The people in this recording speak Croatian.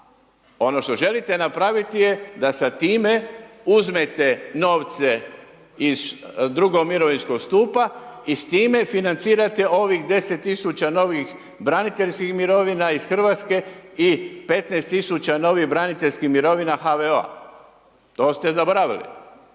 ono što želite napraviti je, da sa time uzmete novce iz drugog mirovinskog stupa i s time financirate onih 10000 novih braniteljskih mirovina iz Hrvatske i 15000 novih braniteljskih mirovina HVO-a. To ste zaboravili.